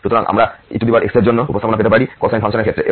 সুতরাং আমরা ex এর অন্য উপস্থাপনা পেতে পারি কোসাইন ফাংশনের ক্ষেত্রে